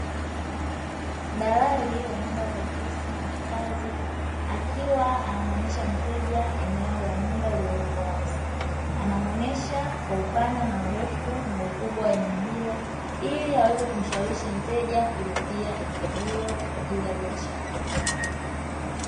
Dalali wa nyumba za ofisi na makazi, Akiwa anamuonyesha mteja eneo la nyumba lilioko wazi. Anamuonyesha kwa upana na urefu na ukubwa wa eneo hilo, ili aweze kumshawishi mteja kulipia eneo hilo kwa ajili ya biashara.